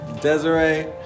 Desiree